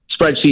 spreadsheet